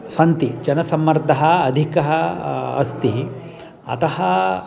सन्ति जनसम्मर्दः अधिकः अस्ति अतः